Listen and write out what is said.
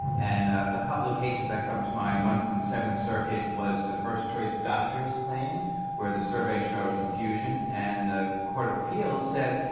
and a couple of cases that come to mind, one from the seventh circuit, was the first choice of doctors claim where the survey showed confusion and the court of appeals said,